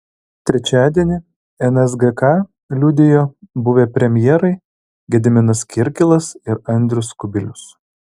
trečiadienį nsgk liudijo buvę premjerai gediminas kirkilas ir andrius kubilius